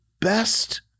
best